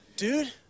dude